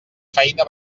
feina